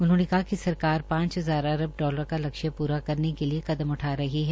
उन्होंने कहा कि सरकार पांच हजार अरब डालर का लक्ष्य प्रा करने के लिए कदम उठा रहे है